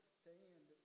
stand